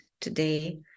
today